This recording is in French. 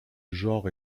genre